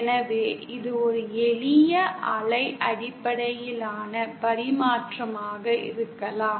எனவே இது ஒரு எளிய அலை அடிப்படையிலான பரிமாற்றமாக இருக்கலாம்